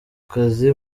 kazi